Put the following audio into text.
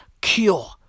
cure